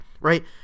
right